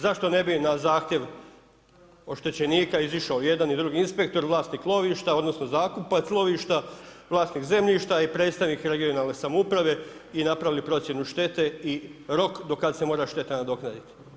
Zašto ne bi na zahtjev oštećenika izišao jedan i drugi inspektor, vlasnik lovišta odnosno zakupac lovišta, vlasnik zemljišta i predstavnik regionalne samouprave i napravili procjenu štete i rok do kad se mora šteta nadoknaditi?